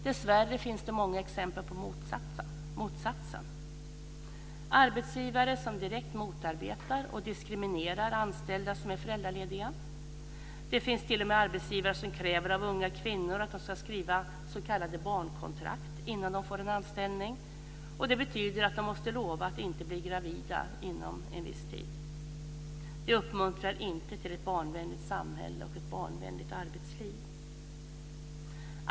Dessvärre finns det många exempel på motsatsen, arbetsgivare som direkt motarbetar och diskriminerar anställda som är föräldralediga. Det finns t.o.m. arbetsgivare som kräver av unga kvinnor att de ska skriva s.k. barnkontrakt innan de får en anställning. Det betyder att de måste lova att inte bli gravida inom en viss tid. Det uppmuntrar inte till ett barnvänligt samhälle och ett barnvänligt arbetsliv.